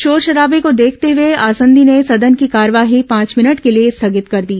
शोरशराबे को देखते हुए आसंदी ने सदन की कार्यवाही पांच भिनट के लिए स्थगित कर दी